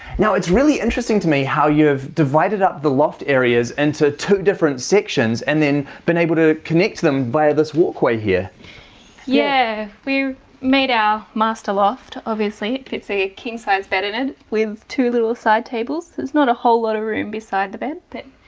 now it's really interesting to me how you have divided up the loft areas into two different sections and then been able to connect them via this walkway here yeah, we made our master loft. obviously. it's a king-sized bed in it with two little side tables there's not a whole lot of room beside the bed thing.